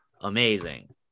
amazing